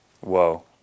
whoa